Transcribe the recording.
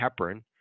heparin